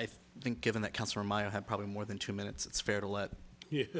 i think given that comes from i have probably more than two minutes it's fair to let